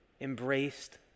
embraced